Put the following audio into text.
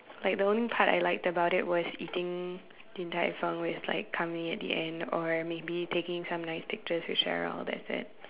like the only part I liked about it was eating Din-Tai-Fung with like Kang-Ming at the end or maybe taking some nice pictures with Cheryl that's it